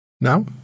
now